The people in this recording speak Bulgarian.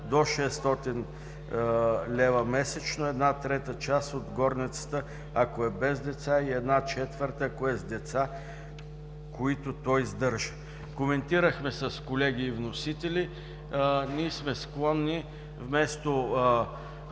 до 600 лв. месечно – една трета част от горницата, ако е без деца, и една четвърт, ако е с деца, които то издържа;“. Коментирахме с колеги вносители – ние сме склонни, вместо